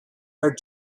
her